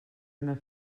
una